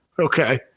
Okay